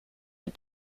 but